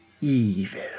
evil